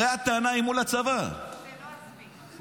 הרי הטענה היא מול הצבא, לכאורה.